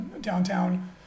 downtown